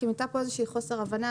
אם הייתה איזושהי חוסר הבנה,